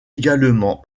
également